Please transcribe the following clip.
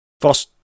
First